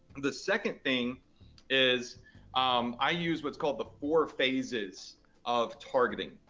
the second thing is um i use what's called the four phases of targeting.